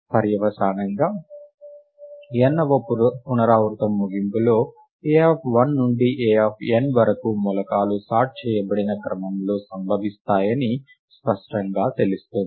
పర్యవసానంగా nవ పునరావృతం ముగింపులో a1 నుండి an వరకు మూలకాలు సార్ట్ చేయచబడిన క్రమంలో సంభవిస్తాయని స్పష్టంగా తెలుస్తుంది